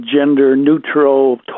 gender-neutral